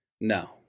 no